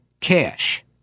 cash